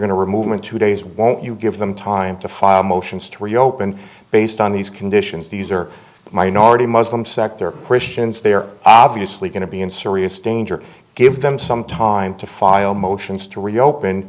going to remove them in two days won't you give them time to file motions to reopen based on these conditions these are minority muslim sect they're christians they're obviously going to be in serious danger give them some time to file motions to reopen